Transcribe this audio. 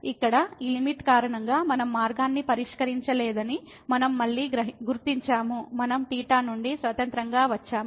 ఇక్కడ ఈ లిమిట్ కారణంగా మనం మార్గాన్ని పరిష్కరించలేదని మనం మళ్ళీ గుర్తించాము మనం నుండి స్వతంత్రంగా వచ్చాము